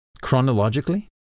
Chronologically